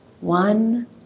One